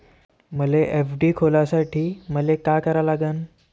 मले एफ.डी खोलासाठी मले का करा लागन?